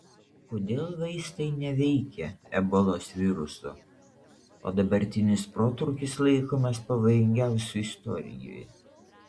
kodėl vaistai neveikia ebolos viruso o dabartinis protrūkis laikomas pavojingiausiu istorijoje